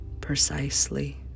precisely